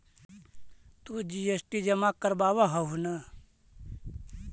तु जी.एस.टी जमा करवाब हहु न?